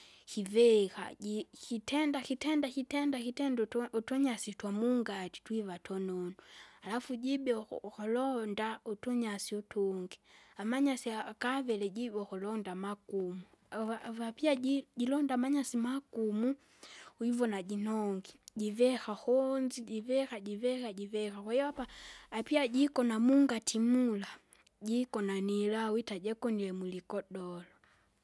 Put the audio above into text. Kivika ji- kitenda kitenda kitenda kitenda utu- utunyasi twamungaji twiva tununu. Alafu jibea uku- ukulonda utunyasi utungi, amanyasi ahha akaviri jibo ukulonda amagumu, ava- avapia ji- jilonda amanyasi magumu, wivona jinongi, jiveha kuunzi jivika jivika jivika kwahiyo apa, apia jikona mungatimula, jigona nilawita jigonile muligodoro.